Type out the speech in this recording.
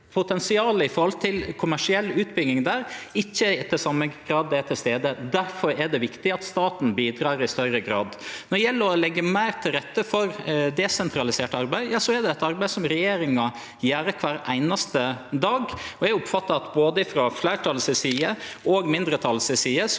potensialet for kommersiell utbygging der ikkje i same grad er til stades. Difor er det viktig at staten bidreg i større grad. Når det gjeld å leggje meir til rette for desentralisert arbeid, er det eit arbeid som regjeringa gjer kvar einaste dag. Eg oppfattar at frå både fleirtalets side og mindretalets side